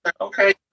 okay